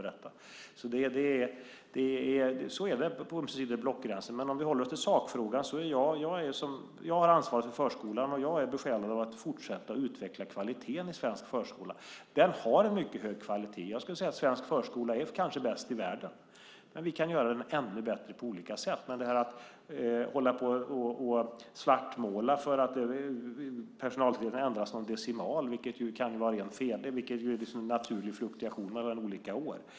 Så är det på ömse sidor om blockgränsen. Men om vi håller oss till sakfrågan är det så att jag har ansvaret för förskolan. Jag är besjälad av att fortsätta att utveckla kvaliteten i svensk förskola. Den har en mycket hög kvalitet. Jag skulle säga att svensk förskola kanske är bäst i världen. Men vi kan göra den ännu bättre på olika sätt. Det kan vi göra i stället för att hålla på och svartmåla för att personaltätheten ändras med någon decimal. Det är en naturlig fluktuation mellan olika år.